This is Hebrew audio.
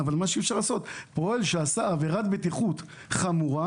אבל פועל שעשה עבירת בטיחות חמורה